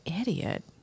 idiot